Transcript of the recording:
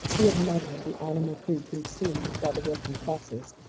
he had measured the animal food consumed by the working classes,